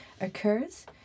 occurs